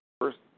first